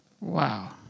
Wow